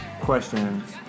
questions